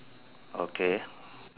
okay